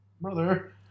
brother